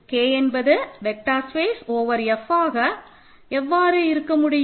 K என்பது vector space over F ஆக எவ்வாறு நினைக்க முடியும்